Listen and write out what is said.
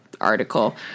article